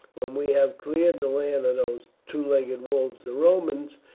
when we have cleared the land of those two legged wolves the romans,